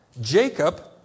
Jacob